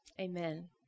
Amen